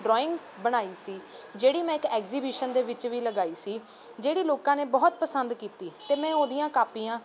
drawing ਬਣਾਈ ਸੀ ਜਿਹੜੀ ਮੈਂ ਇੱਕ ਐਗਜੀਬਿਸ਼ਨ ਦੇ ਵਿੱਚ ਵੀ ਲਗਾਈ ਸੀ ਜਿਹੜੀ ਲੋਕਾਂ ਨੇ ਬਹੁਤ ਪਸੰਦ ਕੀਤੀ ਅਤੇ ਮੈਂ ਉਹਦੀਆਂ ਕਾਪੀਆਂ